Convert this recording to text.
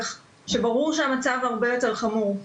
כך שברור שהמצב הרבה יותר חמור.